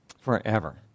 Forever